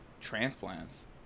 transplants